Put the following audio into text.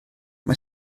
mae